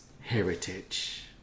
heritage